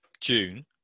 june